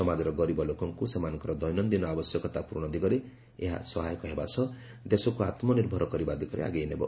ସମାଜର ଗରିବ ଲୋକଙ୍କୁ ସେମାନଙ୍କର ଦୈନନ୍ଦିନ ଆବଶ୍ୟକତା ପ୍ରରଣ ଦିଗରେ ଏହା ସହାୟକ ହେବା ସହ ଦେଶକୁ ଆତ୍କନିର୍ଭର କରିବା ଦିଗରେ ଆଗେଇ ନେବ